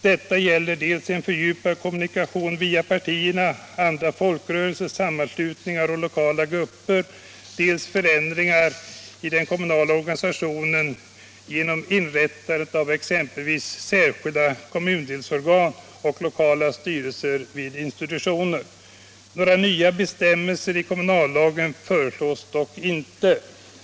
Detta gäller dels en fördjupad kommunikation via partier, andra folkrörelser, sammanslutningar och lokala grupper, dels förändringar i den kommunala organisationen genom inrättande av exempelvis särskilda kommundelsorgan och lokala styrelser vid institutioner. Några nya bestämmelser i kommunallagen föreslås dock inte.